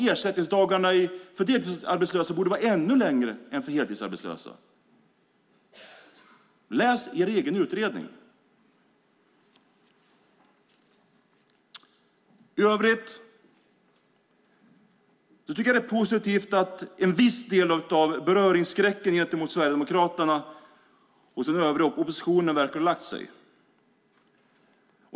Ersättningsdagarna för deltidsarbetslösa borde vara ännu fler än för heltidsarbetslösa. Läs er egen utredning! I övrigt tycker jag att det är positivt att en viss del av beröringsskräcken gentemot Sverigedemokraterna hos den övriga oppositionen verkar ha lagt sig.